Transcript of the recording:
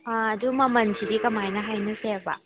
ꯑꯥ ꯑꯗꯨ ꯃꯃꯟꯗꯤ ꯀꯃꯥꯏꯅ ꯍꯥꯏꯅꯁꯦꯕ